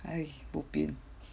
!hais! bo pian